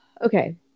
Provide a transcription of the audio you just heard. Okay